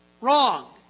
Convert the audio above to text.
wrong